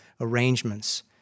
arrangements